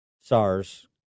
sars